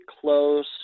close